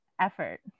effort